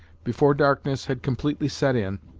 before darkness had completely set in,